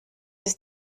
ist